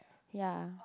ya